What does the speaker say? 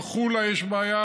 בחולה יש בעיה,